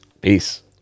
peace